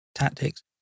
tactics